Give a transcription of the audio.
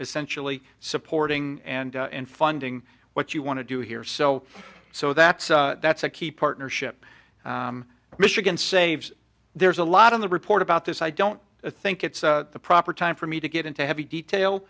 essentially supporting and in funding what you want to do here so so that's that's a key partnership michigan saves there's a lot of the report about this i don't think it's the proper time for me to get into heavy detail